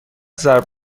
ضرب